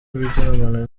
kuryamana